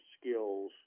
skills